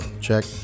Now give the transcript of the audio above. check